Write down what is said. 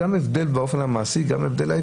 ההבדל הוא גם באופן המעשי וגם עקרוני.